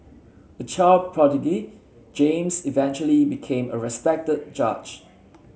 a child prodigy James eventually became a respected judge